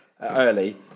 early